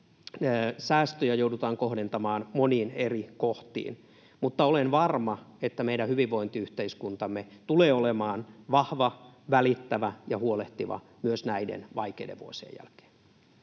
Säästöjä joudutaan kohdentamaan moniin eri kohtiin, mutta olen varma, että meidän hyvinvointiyhteiskuntamme tulee olemaan vahva, välittävä ja huolehtiva myös näiden vaikeiden vuosien jälkeen.